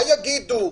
מה יגידו?